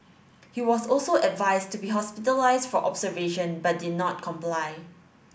he was also advised to be hospitalised for observation but did not comply